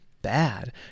bad